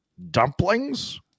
Dumplings